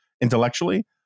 intellectually